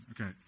Okay